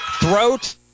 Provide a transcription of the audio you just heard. Throat